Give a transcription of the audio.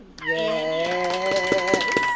Yes